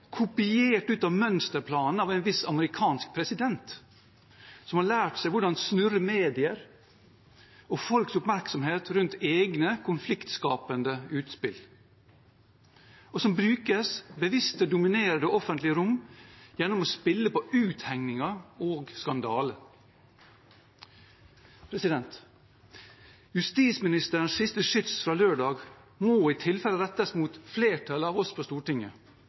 kopiert fra mønsterplanen til en viss amerikansk president, som har lært seg hvordan man snurrer medier og folks oppmerksomhet rundt egne konfliktskapende utspill, og som brukes til bevisst å dominere det offentlige rom gjennom å spille på uthengninger og skandaler. Justisministerens siste skyts fra lørdag må i tilfelle rettes mot flertallet av oss på Stortinget,